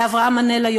לאברהם מנלה,